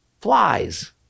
flies